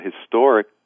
historic